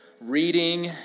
reading